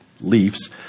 leaves